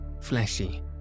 fleshy